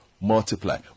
multiply